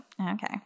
okay